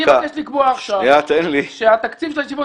אני מבקש לקבוע עכשיו שהתקציב של הישיבות